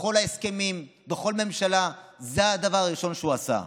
בכל ההסכמים, בכל ממשלה, זה הדבר הראשון שהוא עשה.